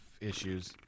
issues